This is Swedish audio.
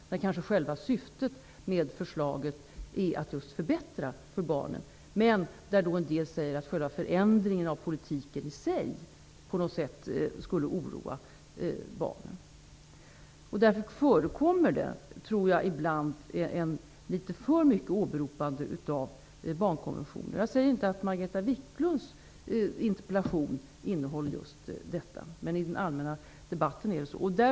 Detta när själva syftet med förslaget kanske är just att förbättra för barnen. Själva förändringen av politiken i sig sägs av vissa skulle oroa barnen. Därför förekommer det ibland litet för mycket åberopande av barnkonventionen. Jag säger inte att Margareta Viklunds interpellation har sådana inslag, men de förekommer i den allmänna debatten.